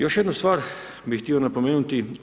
Još jednu stvar bi htio napomenuti.